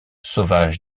sauvage